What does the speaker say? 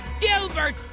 Gilbert